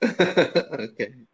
Okay